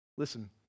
Listen